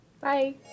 Bye